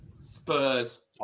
Spurs